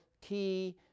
key